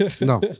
no